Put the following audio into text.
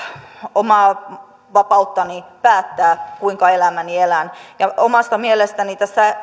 omaa vapauttani päättää kuinka elämäni elän omasta mielestäni tässä